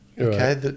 okay